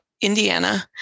indiana